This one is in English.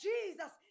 Jesus